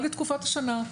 או לתקופת השנה.